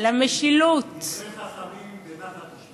לא צועקת.